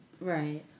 Right